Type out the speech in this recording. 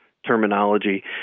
terminology